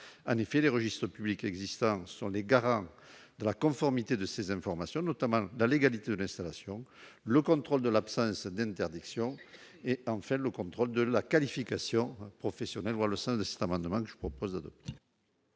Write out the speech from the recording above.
En effet, les registres publics existants sont les garants de la conformité de ces informations, notamment la légalité de l'installation, le contrôle de l'absence d'interdictions et le contrôle de la qualification professionnelle. Quel est l'avis de la commission